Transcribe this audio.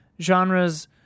genres